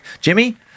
Jimmy